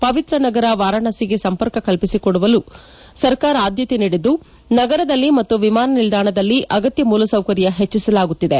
ಪವಿತ್ರ ನಗರ ವಾರಾಣಸಿಗೆ ಸಂಪರ್ಕ ಕಲ್ಪಿಸಿಕೊಡುವುದಕ್ಕೆ ಸರ್ಕಾರ ಆದ್ಲತೆ ನೀಡಿದ್ದು ನಗರದಲ್ಲಿ ಮತ್ತು ವಿಮಾನ ನಿಲ್ಲಾಣದಲ್ಲಿ ಅಗತ್ತ ಮೂಲಸೌಕರ್ನ ಹೆಚ್ಚಿಸಲಾಗುತ್ತಿದೆ